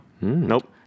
Nope